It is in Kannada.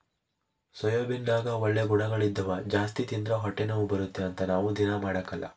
ಸೋಯಾಬೀನ್ನಗ ಒಳ್ಳೆ ಗುಣಗಳಿದ್ದವ ಜಾಸ್ತಿ ತಿಂದ್ರ ಹೊಟ್ಟೆನೋವು ಬರುತ್ತೆ ಅಂತ ನಾವು ದೀನಾ ಮಾಡಕಲ್ಲ